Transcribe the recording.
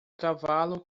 cavalo